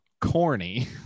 corny